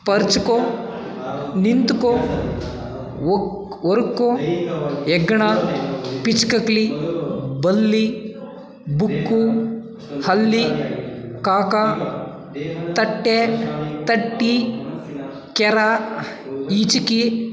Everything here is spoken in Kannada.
ಪರ್ಚ್ಕೋ ನಿಂತುಕೋ ಒರ್ಕೋ ಹೆಗ್ಗಣ ಪಿಚ್ಕಕ್ಳಿ ಬಲ್ಲಿ ಬುಕ್ಕು ಹಲ್ಲಿ ಕಾಕಾ ತಟ್ಟೆ ತಟ್ಟಿ ಕೆರ ಈಚಿಕಿ